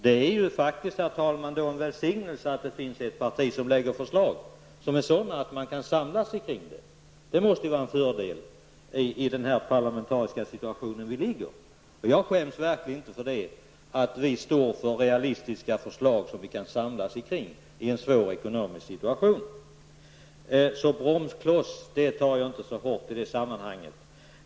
Det är då faktiskt en välsignelse, herr talman, att det finns ett parti som lägger fram förslag som är sådana att man kan samlas kring dem. Det måste vara en fördel i den parlamentariska situation vi befinner oss i. Jag skäms verkligen inte för att moderaterna står för realistiska förslag som vi kan samlas kring i en svår ekonomisk situation. Att vi kallas för en bromskloss tar jag inte så hårt i det sammanhanget.